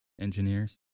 engineers